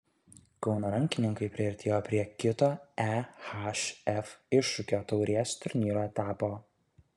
kauno rankininkai priartėjo prie kito ehf iššūkio taurės turnyro etapo